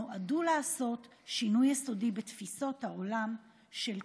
נועדו לעשות שינוי יסודי בתפיסות העולם של כולנו.